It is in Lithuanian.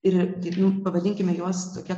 ir taip nu pavadinkime juos tokia